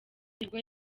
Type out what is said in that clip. nibwo